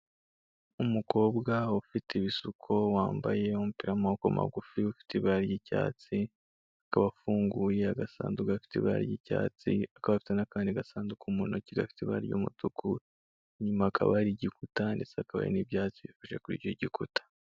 Umukobwa ufite ibisuko wambaye umupira w'amaboko magufi ufite ibara ry'icyatsi akaba afunguye agasanguku gafite ibara ry'icyatsi akaba afite n'akandi gasanduku mu ntoki gafite ibara ry'umutuku inyuma hakaba hari igikuta ndetse hakaba hari n'ibyatsi bifashe kuri icyo gikuta.